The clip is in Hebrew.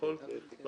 תקציביות,